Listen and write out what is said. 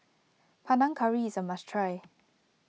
Panang Curry is a must try